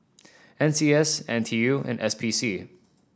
N C S N T U and S P C